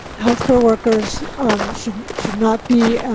healthcare workers should, should not be